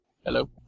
Hello